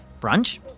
brunch